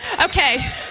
Okay